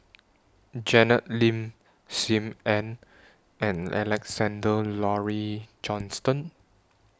Janet Lim SIM Ann and Alexander Laurie Johnston